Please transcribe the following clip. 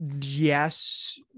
Yes